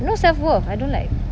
no self-worth I don't like